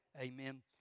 Amen